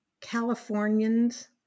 Californians